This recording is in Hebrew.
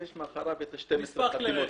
ויש מאחוריו 12 החתימות.